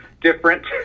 different